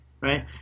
right